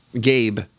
Gabe